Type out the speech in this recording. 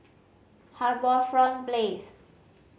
HarbourFront Place